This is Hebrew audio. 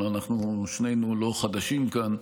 אנחנו שנינו לא חדשים כאן.